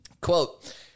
Quote